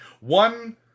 one